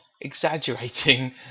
exaggerating